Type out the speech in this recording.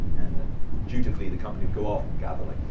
and and dutifully, the company would go off and gather, like,